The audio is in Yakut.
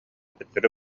төттөрү